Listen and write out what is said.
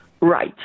Right